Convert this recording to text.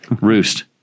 Roost